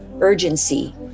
urgency